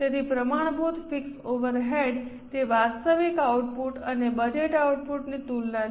તેથી પ્રમાણભૂત fix overhead rate તે વાસ્તવિક આઉટપુટ અને બજેટ આઉટપુટની તુલના છે